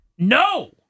No